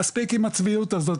מספיק עם הצביעות הזאת,